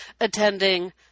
attending